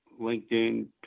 LinkedIn